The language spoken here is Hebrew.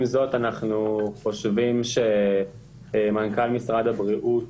עם זאת, אנחנו חושבים שמנכ"ל משרד הבריאות